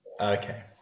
Okay